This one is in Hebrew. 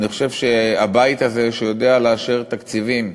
אני חושב שהבית הזה, שיודע לאשר תקציבים